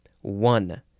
one